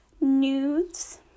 nudes